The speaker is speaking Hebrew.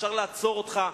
אפשר לעצור אותך,